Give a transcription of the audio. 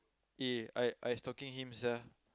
eh I I stalking him sia